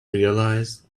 realized